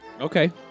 Okay